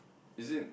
is it